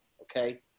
okay